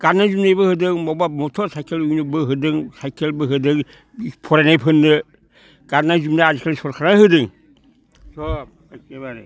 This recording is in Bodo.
गाननाय जोमनायबो होदों बबेबा मथर साइकेलबो होदों साइकेलबो होदों फरायनाय फोरनो गाननाय जोमनाय आजिकालि सोरखारानो होदों सब एखेबारे